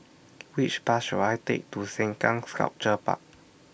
Which Bus should I Take to Sengkang Sculpture Park